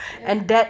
ya